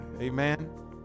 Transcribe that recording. Amen